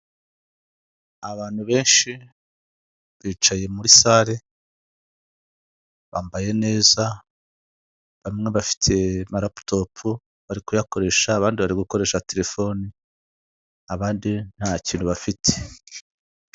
Abantu benshi bicaye muri salle bambaye neza bamwe bafite maraputopu bari kuyakoresha, abandi bari gukoresha telefoni, abandi nta kintu bafite.